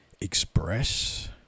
express